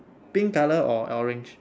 pink colour or orange